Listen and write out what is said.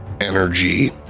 energy